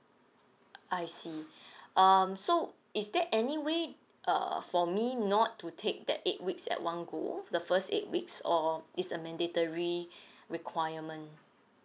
uh I see um so is there any way err for me not to take that eight weeks at one goal the first eight weeks or it's a mandatory requirement